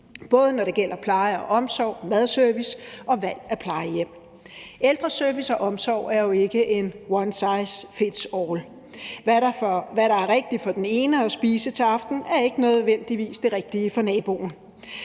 både når det gælder pleje og omsorg, madservice og valg af plejehjem. Ældreservice og -omsorg er jo ikke en one size fits all. Hvad der er rigtigt for den ene at spise til aften, er ikke nødvendigvis det rigtige for naboen.